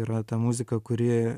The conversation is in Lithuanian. yra ta muzika kuri